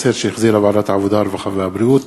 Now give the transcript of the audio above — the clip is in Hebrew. הצעת החוק עברה בקריאה ראשונה,